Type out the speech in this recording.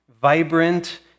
vibrant